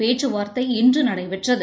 பேச்சுவார்த்தை இன்று நடைபெற்றது